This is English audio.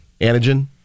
Antigen